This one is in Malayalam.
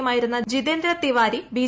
യുമായിരുന്ന് ജിതേന്ദ്ര തിവാരി ബി